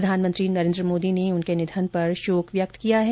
प्रधानमंत्री नरेन्द्र मोदी ने उनके निधन पर शोक व्यक्त किया है